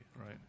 right